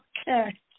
Okay